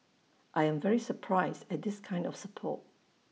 I am very surprised at this kind of support